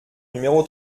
numéro